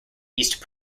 east